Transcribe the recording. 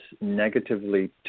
negatively